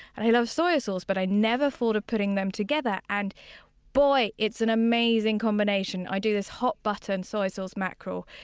and i love soy sauce, but i never thought of putting them together, and it's an amazing combination. i do this hot butter and soy sauce mackerel,